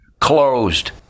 closed